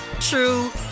true